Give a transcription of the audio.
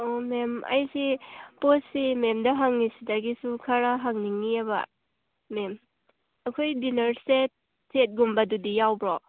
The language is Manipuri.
ꯑꯣ ꯃꯦꯝ ꯑꯩꯁꯤ ꯄꯣꯠꯁꯤ ꯃꯦꯝꯗ ꯍꯪꯂꯤꯁꯤꯗꯒꯤꯁꯨ ꯈꯔ ꯍꯪꯅꯤꯡꯂꯤꯕ ꯃꯦꯝ ꯑꯩꯈꯣꯏ ꯗꯤꯟꯅꯔ ꯁꯦꯠ ꯁꯦꯠꯒꯨꯝꯕꯗꯨꯗꯤ ꯌꯥꯎꯕꯔꯣ